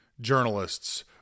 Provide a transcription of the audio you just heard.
journalists